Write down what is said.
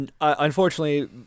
Unfortunately